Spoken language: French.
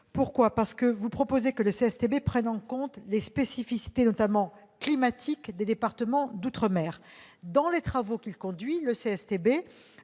sera défavorable. Vous proposez en effet que le CSTB prenne en compte les spécificités, notamment climatiques, des départements d'outre-mer. Or, dans les travaux qu'il conduit, le CSTB